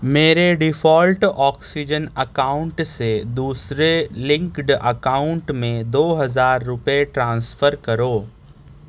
میرے default oxygen account سے دوسرے لنکڈ اکاؤنٹ میں دو ہزار روپئے ٹرانسفر کرو